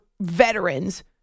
veterans